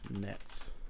nets